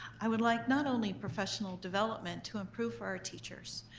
i would like, not only professional development to improve for our teachers,